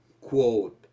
quote